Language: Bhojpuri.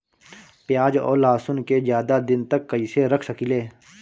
प्याज और लहसुन के ज्यादा दिन तक कइसे रख सकिले?